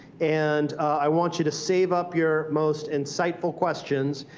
and i want you to save up your most insightful questions.